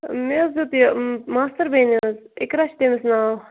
مےٚ حظ دیُت یہِ ماستٕر بیٚنہِ حظ اِقرا چھُ تٔمِس ناو